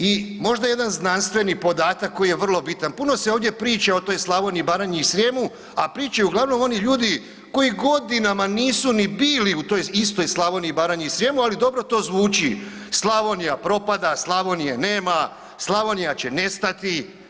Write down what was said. I možda jedan znanstveni podatak koji je vrlo bitan, puno se ovdje priča o toj Slavoniji, Baranji i Srijemu, a pričaju uglavnom oni ljudi koji godinama nisu ni bili u toj istoj Slavoniji, Baranji i Srijemu, ali dobro to zvuči, Slavonija propada, Slavonije nema, Slavonija će nestati.